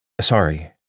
Sorry